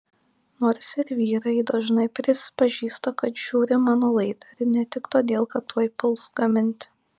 nors ir vyrai dažnai prisipažįsta kad žiūri mano laidą ir ne tik todėl kad tuoj puls gaminti